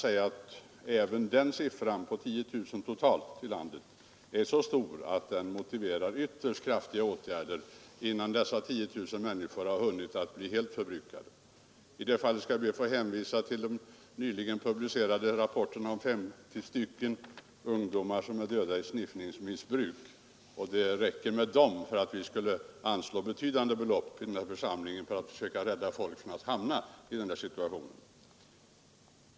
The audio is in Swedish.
Även uppgiften om 10 000 totalt i landet är så stor att den motiverar ytterst kraftiga åtgärder innan dessa 10 000 människor har hunnit bli helt nedgångna. I det fallet skall jag be att få hänvisa till de nyligen publicerade rapporterna om 50 ungdomar som dött av s.k. sniffning. Bara den uppgiften är tillräcklig för att vi skulle anslå betydande belopp för att rädda folk från att hamna i denna situation.